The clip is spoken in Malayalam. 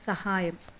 സഹായം